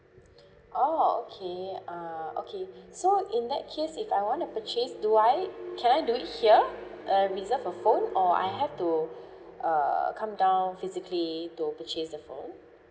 oh okay uh okay so in that case if I want to purchase do I can I do it here uh reserve a phone or I have to uh come down physically to purchase the phone